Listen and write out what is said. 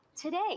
today